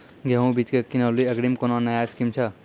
गेहूँ बीज की किनैली अग्रिम कोनो नया स्कीम छ?